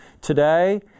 today